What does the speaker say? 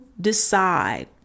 decide